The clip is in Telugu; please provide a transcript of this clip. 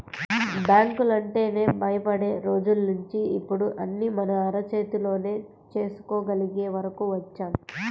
బ్యాంకులంటేనే భయపడే రోజుల్నించి ఇప్పుడు అన్నీ మన అరచేతిలోనే చేసుకోగలిగే వరకు వచ్చాం